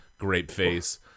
Grapeface